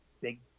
big